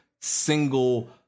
single